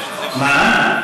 מה?